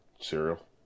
Cereal